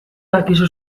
dakizu